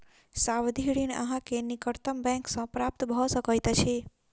सावधि ऋण अहाँ के निकटतम बैंक सॅ प्राप्त भ सकैत अछि